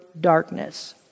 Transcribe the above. darkness